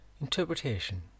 Interpretation